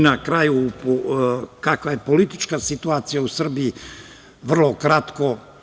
Na kraju kakva je politička situacija u Srbiji, vrlo kratko.